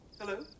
Hello